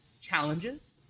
challenges